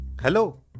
Hello